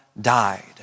died